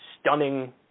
stunning